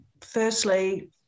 firstly